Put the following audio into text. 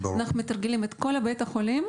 אנחנו מתרגלים את כל בית החולים,